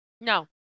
no